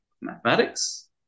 mathematics